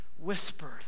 whispered